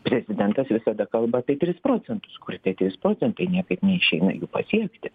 prezidentas visada kalba apie tris procentus kur tie trys procentai niekaip neišeina jų pasiekti